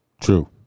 True